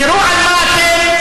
תודה רבה.